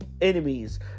enemies